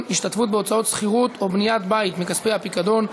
השתתפות בהוצאות שכירות או בניית בית מכספי הפיקדון),